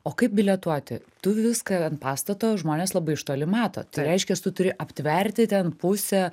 o kaip bilietuoti tu viską ant pastato žmonės labai iš toli mato tai reiškias tu turi aptverti ten pusę